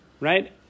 right